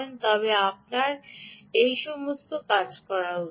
তবে আপনার এই সমস্ত কাজ করা উচিত